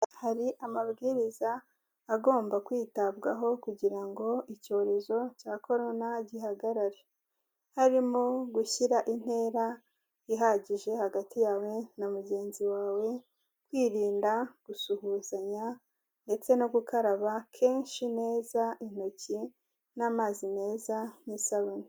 Hari amabwiriza agomba kwitabwaho kugira ngo icyorezo cya Korona gihagarare, harimo gushyira intera ihagije hagati yawe na mugenzi wawe, kwirinda gusuhuzanya ndetse no gukaraba kenshi neza intoki n'amazi meza n'isabune.